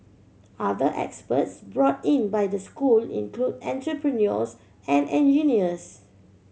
other experts brought in by the school include entrepreneurs and engineers